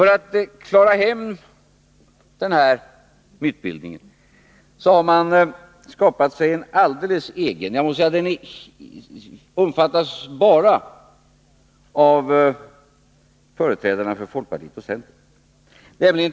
För att klara hem den här mytbildningen har man skapat sig en alldeles egen teori. Den omfattas bara av företrädarna för folkpartiet och centern.